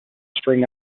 string